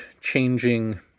changing